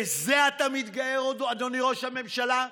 בזה אתה מתגאה, אדוני ראש הממשלה,